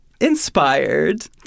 Inspired